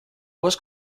was